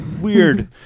weird